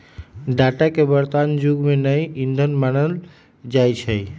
data के वर्तमान जुग के नया ईंधन मानल जाई छै